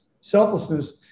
selflessness